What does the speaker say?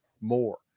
more